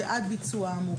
שאומר שעד הביצוע האמור,